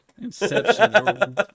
Inception